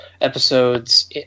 episodes